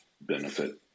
benefit